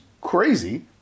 crazy